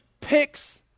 picks